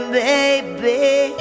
baby